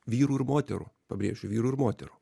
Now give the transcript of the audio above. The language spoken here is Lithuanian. vyrų ir moterų pabrėšiu vyrų ir moterų